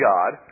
God